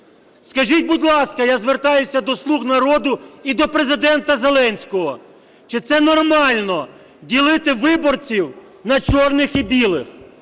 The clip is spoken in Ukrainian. Скажіть, будь ласка, я звертаюся до "Слуг народу" і до Президента Зеленського, чи це нормально ділити виборців на чорних і білих?